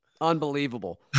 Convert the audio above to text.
Unbelievable